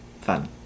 Fun